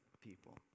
people